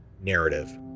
narrative